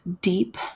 deep